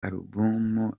alubumu